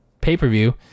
pay-per-view